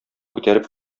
күтәреп